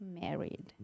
married